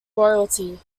royalty